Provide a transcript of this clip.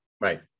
Right